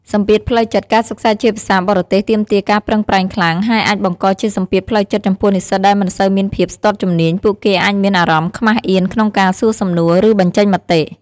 សម្ពាធផ្លូវចិត្ត ការសិក្សាជាភាសាបរទេសទាមទារការប្រឹងប្រែងខ្លាំង ហើយអាចបង្កជាសម្ពាធផ្លូវចិត្តចំពោះនិស្សិតដែលមិនសូវមានភាពស្ទាត់ជំនាញ ពួកគេអាចមានអារម្មណ៍ខ្មាសអៀនក្នុងការសួរសំណួរ ឬបញ្ចេញមតិ។